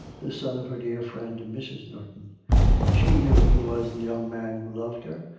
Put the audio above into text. the son of her dear friend, mrs. norton she knew he was the young man who loved her,